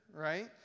right